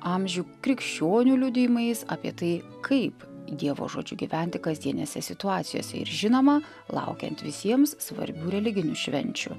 amžių krikščionių liudijimais apie tai kaip dievo žodžiu gyventi kasdienėse situacijose ir žinoma laukiant visiems svarbių religinių švenčių